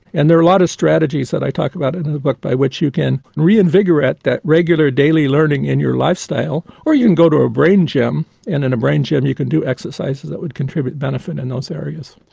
and there are a lot of strategies that i talk about in in the book by which you can reinvigorate that regular daily learning in your lifestyle, or you can go to a brain gym, and in a brain gym you can do exercises that would contribute benefit in those areas.